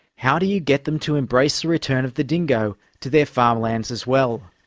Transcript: how do you get them to embrace the return of the dingo to their farmlands as well?